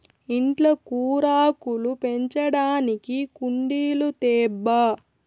ఇంట్ల కూరాకులు పెంచడానికి కుండీలు తేబ్బా